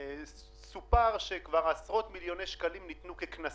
מי שמוציא מן הכוח אל הפועל את המדיניות כלפי אוכלוסיות הקצה,